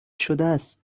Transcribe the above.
شدس